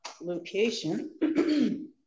location